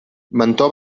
mentó